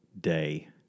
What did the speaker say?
day